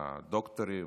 דוקטורים,